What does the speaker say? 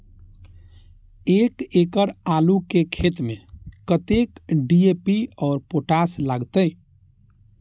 एक एकड़ आलू के खेत में कतेक डी.ए.पी और पोटाश लागते?